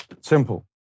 Simple